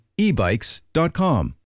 ebikes.com